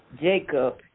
Jacob